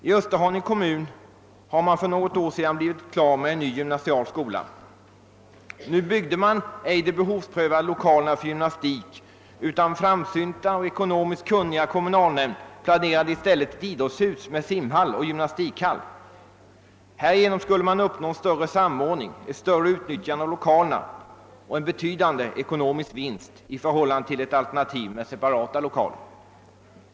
I Österhaninge kommun blev man för något år sedan klar med en ny gymnasial skola. De behovsprövade lokalerna för gymnastik byggdes därvid ej, utan framsynta och ekonomiskt kunniga kommunalmän planerade i stället ett idrottshus med simhall och gymnastikhall. Härigenom skulle man uppnå en större samordning och ett större utnyttjande av lokalerna än om man hade byggt separata lokaler, och dessutom skulle man ha gjort en betydande eko nomisk vinst.